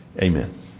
Amen